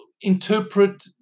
interpret